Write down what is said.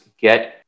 get